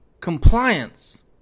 Compliance